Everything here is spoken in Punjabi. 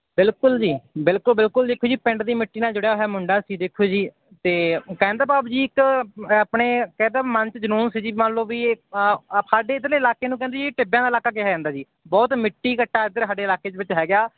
ਬਿਲਕੁਲ ਜੀ ਬਿਲਕੁਲ ਬਿਲਕੁਲ ਦੇਖੋ ਜੀ ਪਿੰਡ ਦੀ ਮਿੱਟੀ ਨਾਲ ਜੁੜਿਆ ਹੋਇਆ ਮੁੰਡਾ ਸੀ ਦੇਖੋ ਜੀ ਅਤੇ ਕਹਿਣ ਦਾ ਭਾਵ ਜੀ ਇੱਕ ਆਪਣੇ ਕਹਿਤਾ ਮੰਨ 'ਚ ਜਨੂੰਨ ਸੀ ਜੀ ਮੰਨ ਲਓ ਵੀ ਇਹ ਸਾਡੇ ਇੱਧਰਲੇ ਇਲਾਕੇ ਨੂੰ ਕਹਿੰਦੇ ਜੀ ਟਿੱਬਿਆਂ ਦਾ ਇਲਾਕਾ ਕਿਹਾ ਜਾਂਦਾ ਜੀ ਬਹੁਤ ਮਿੱਟੀ ਘੱਟਾ ਇੱਧਰ ਸਾਡੇ ਇਲਾਕੇ ਦੇ ਵਿੱਚ ਹੈਗਾ